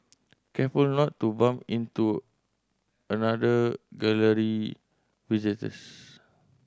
careful not to bump into another Gallery visitors